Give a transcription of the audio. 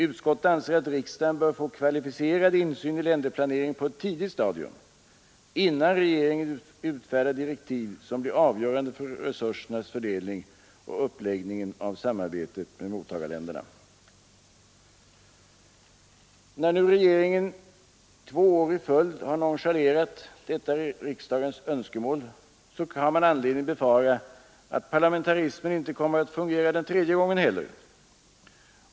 Utskottet anser att riksdagen bör få kvalificerad insyn i länderplaneringen på ett tidigt stadium, innan regeringen utfärdar direktiv som blir avgörande för resursernas fördelning och uppläggningen av samarbetet med mottagarländerna. När nu regeringen två år i följd har nonchalerat detta riksdagens önskemål, så har man anledning befara att parlamentarismen inte kommer att fungera den tredje gången heller.